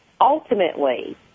ultimately